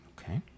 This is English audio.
Okay